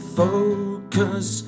focus